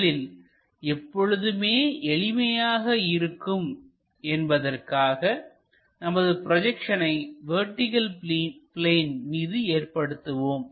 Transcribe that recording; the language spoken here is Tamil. முதலில் எப்பொழுதுமே எளிமையாக இருக்கும் என்பதற்காக நமது ப்ரொஜெக்ஷனை வெர்டிகள் பிளேன் மீது ஏற்படுத்துவோம்